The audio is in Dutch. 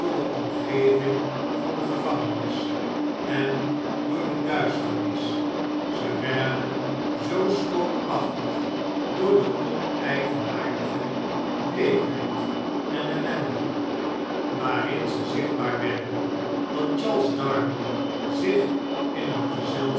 de omgeving van de gevangenis en door de duisternis ze werden zoo spookachtig door de oneigenaardige bleekheid en ellende waarin ze zichtbaar werden dat charles darnay zich in een